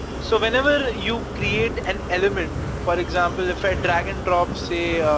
so whenever you create an element, for example if i drag and drop, say,